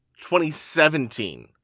2017